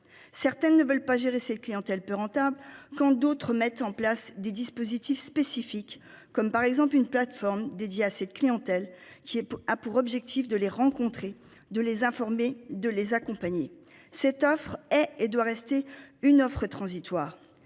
certaines ne veulent pas gérer cette clientèle peu rentable quand d'autres mettent en place des dispositifs spécifiques comme par exemple une plateforme dédiée à cette clientèle qui est a pour objectif de les rencontrer, de les informer, de les accompagner. Cette offre est et doit rester une offre transitoire